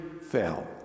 fell